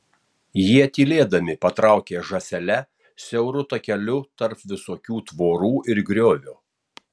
jie tylėdami patraukė žąsele siauru takeliu tarp visokių tvorų ir griovio